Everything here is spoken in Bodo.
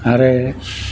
आरो